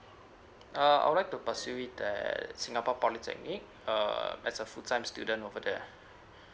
err I would like to pursue it the singapore polytechnic err as a full time student over there